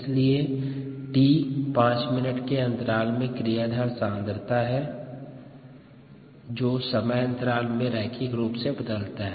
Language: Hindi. इसलिए t 5 मिनट के अन्तराल में क्रियाधार सांद्रता हैं जो समयांतराल में रैखिक रूप से बदलता है